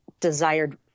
desired